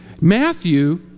Matthew